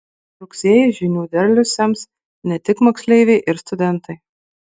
rugsėjį žinių derlių sems ne tik moksleiviai ir studentai